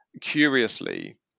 curiously